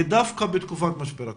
דווקא בתקופת משבר הקורונה.